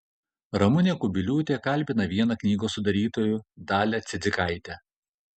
ramunė kubiliūtė kalbina vieną knygos sudarytojų dalią cidzikaitę